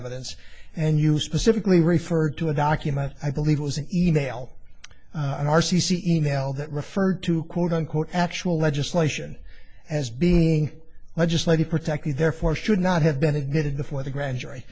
evidence and you specifically referred to a document i believe was an e mail on r c c e mail that referred to quote unquote actual legislation as being legislated protected therefore should not have been admitted before the grand jury